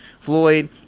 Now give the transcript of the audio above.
Floyd